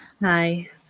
Hi